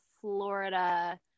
Florida